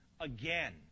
again